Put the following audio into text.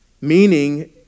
meaning